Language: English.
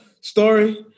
story